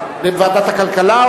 לוועדת הכלכלה,